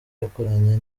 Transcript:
yakoranye